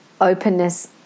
openness